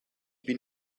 bin